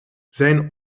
zijn